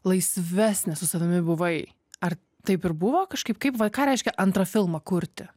laisvesnė su savimi buvai ar taip ir buvo kažkaip kaip va ką reiškia antrą filmą kurti